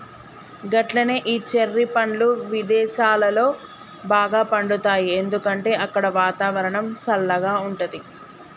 గట్లనే ఈ చెర్రి పండ్లు విదేసాలలో బాగా పండుతాయి ఎందుకంటే అక్కడ వాతావరణం సల్లగా ఉంటది